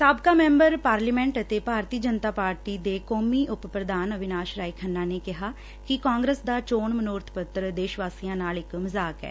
ਸਾਬਕਾ member parliament ਅਤੇ Bharatiya Janata party ਦੇ ਕੌਮੀ ਉਪ ਪ੍ਧਾਨ ਅਵਿਨਾਸ਼ ਰਾਏ ਖੰਨਾ ਨੇ ਕਿਹੈ ਕਿ ਕਾਂਗਰਸ ਦਾ ਚੋਣ ਮਨੋਰਥ ਪੱਤਰ ਦੇਸ਼ ਵਾਸੀਆਂ ਨਾਲ ਇਕ ਮਜ਼ਾਕ ਏ